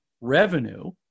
revenue